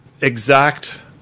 exact